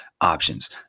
options